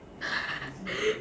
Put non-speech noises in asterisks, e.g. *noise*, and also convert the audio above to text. *laughs*